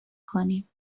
کنیم